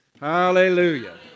Hallelujah